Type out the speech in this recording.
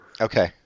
Okay